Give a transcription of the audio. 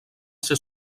ser